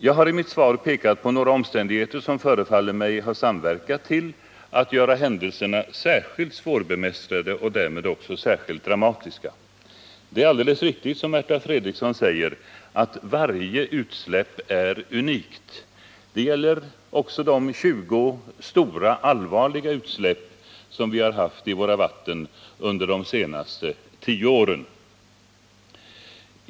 Jag har i mitt svar pekat på några omständigheter som förefaller mig ha samverkat till att göra händelserna särskilt svårbemästrade och därmed också särskilt dramatiska. Det är alldeles riktigt som Märta Fredrikson säger att varje utsläpp är unikt. Det gäller också de 20 stora, allvarliga utsläpp som vi har haft i våra vatten under de senaste tio åren.